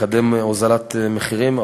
לקדם הוזלת מחירים,